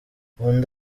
undi